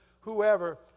whoever